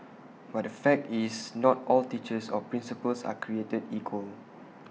but the fact is not all teachers or principals are created equal